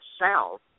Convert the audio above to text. south